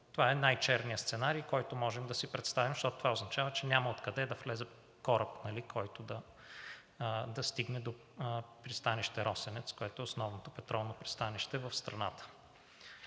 Това е най-черният сценарий, който можем да си представим, защото това означава, че няма откъде да влезе кораб, който да стигне до пристанище Росенец, което е основното петролно пристанище в страната.